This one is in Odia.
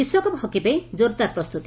ବିଶ୍ୱକପ୍ ହକି ପାଇଁ ଜୋର୍ଦାର ପ୍ରସ୍ତୁତି